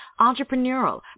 entrepreneurial